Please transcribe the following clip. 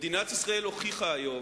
מדינת ישראל הוכיחה היום